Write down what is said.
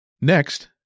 Next